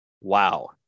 Wow